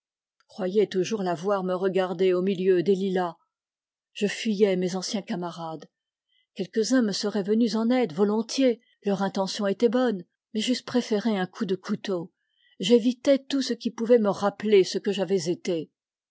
croyais toujours la voir me regarder au milieu des lilas je fuyais mes anciens camarades quelques-uns me seraient venus en aide volontiers leur intention était bonne mais j'eusse préféré un coup de couteau j'évitais tout ce qui pouvait me rappeler ce que j'avais été